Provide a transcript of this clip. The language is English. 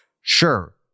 Sure